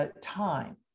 Time